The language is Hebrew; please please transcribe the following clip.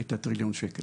את הטריליון שקל,